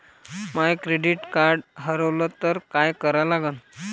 माय credit card हारवलं तर काय करा लागन?